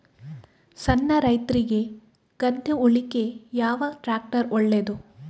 ಸಣ್ಣ ರೈತ್ರಿಗೆ ಗದ್ದೆ ಉಳ್ಳಿಕೆ ಯಾವ ಟ್ರ್ಯಾಕ್ಟರ್ ಒಳ್ಳೆದು?